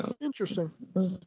Interesting